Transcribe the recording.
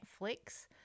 Netflix